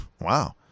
Wow